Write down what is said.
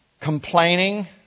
Complaining